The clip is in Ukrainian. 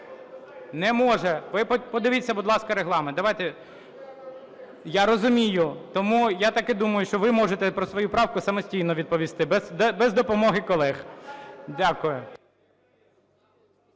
Не може, ви подивіться, будь ласка, Регламент. Я розумію, тому я так і думаю, що ви можете про свою правку самостійно відповісти, без допомоги колег. Дякую.